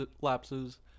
lapses